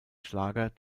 schlager